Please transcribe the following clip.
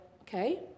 okay